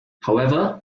however